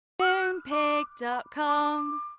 Moonpig.com